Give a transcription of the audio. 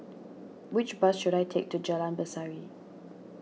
which bus should I take to Jalan Berseri